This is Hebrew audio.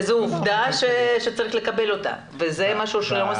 עובדה שצריך לקבל אותה, וזה משהו שלא מסתדר לי.